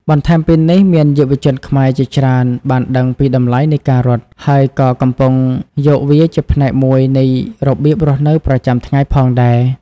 បន្ថែមពីនេះ មានយុវជនខ្មែរជាច្រើនបានដឹងពីតម្លៃនៃការរត់ ហើយក៏កំពុងយកវាជាផ្នែកមួយនៃរបៀបរស់នៅប្រចាំថ្ងៃផងដែរ។